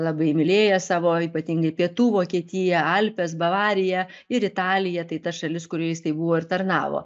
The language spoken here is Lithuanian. labai mylėjo savo ypatingai pietų vokietiją alpes bavariją ir italiją tai ta šalis kurioje jisai buvo ir tarnavo